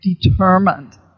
determined